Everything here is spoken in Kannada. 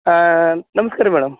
ನಮಸ್ಕಾರ ಮೇಡಮ್